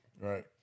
Right